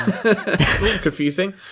Confusing